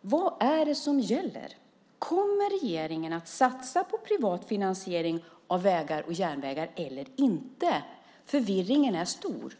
Vad är det som gäller? Kommer regeringen att satsa på privat finansiering av vägar och järnvägar eller inte? Förvirringen är stor.